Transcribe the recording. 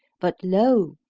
but lo!